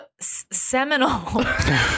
seminal